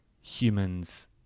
humans